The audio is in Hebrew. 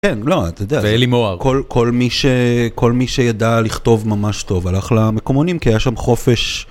כן, לא, אתה יודע, ואלי מוהר כל מי שידע לכתוב ממש טוב הלך למקומונים כי היה שם חופש.